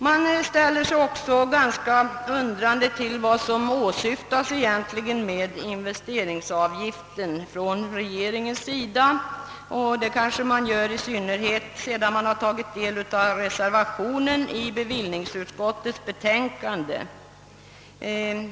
Man ställer sig också ganska undrande till vad regeringen egentligen åsyftar med investeringsavgiften, och det kanske man gör i synnerhet sedan man tagit del av reservationen i sammansatta bevillningsoch tredje lagutskottets betänkande.